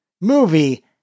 movie